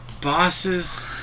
bosses